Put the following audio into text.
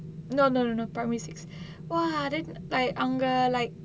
no no no no primary six !wah! then like அவங்க:avanga like